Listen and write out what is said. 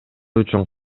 үчүн